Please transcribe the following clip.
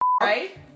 right